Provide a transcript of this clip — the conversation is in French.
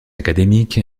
académique